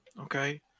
okay